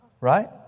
Right